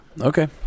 Okay